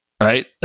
right